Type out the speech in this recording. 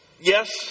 Yes